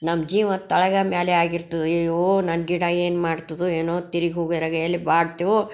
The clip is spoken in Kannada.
ನಮ್ಮ ಜೀವ ಕೆಳಗೆ ಮೇಲೆ ಆಗಿರ್ತದೆ ಅಯ್ಯಯ್ಯೋ ನನ್ನ ಗಿಡ ಏನು ಮಾಡ್ತದೋ ಏನೋ ತಿರುಗಿ ಹೋಗೋದ್ರಾಗೆ ಎಲ್ಲಿ ಬಾಡುತ್ತೋ